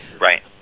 Right